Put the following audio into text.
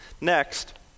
Next